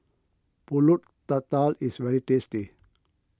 Pulut Tatal is very tasty